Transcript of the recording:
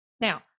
Now